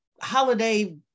holiday